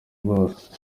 bwose